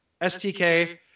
STK